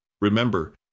Remember